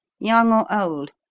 young or old?